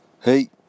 Hey